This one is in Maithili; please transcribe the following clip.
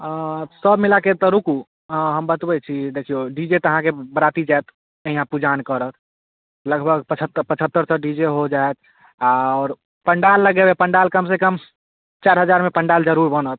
अऽ सभ मिलाके तऽ रुकू हँ हम बतबै छी देखिऔ डी जे तऽ अहाँके बराती जाएत कुइआँ पुजान करऽ लगभग पचहत पचहत्तरि तऽ डी जे हो जाएत आओर पण्डाल लगेबै पण्डाल कमसँ कम चारि हजारमे पण्डाल जरूर बनत